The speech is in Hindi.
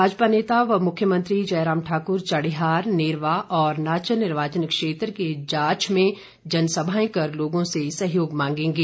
भाजपा नेता व मुख्यमंत्री जयराम ठाक्र चढ़ियार नेरवा और नाचन निर्वाचन क्षेत्र के जाछ में जनसभाएं कर लोगों से सहयोग मांगेंगे